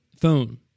phone